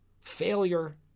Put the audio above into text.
failure